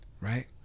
Right